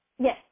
Yes